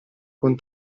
con